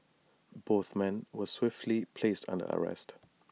both men were swiftly placed under arrest